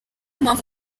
mpamvu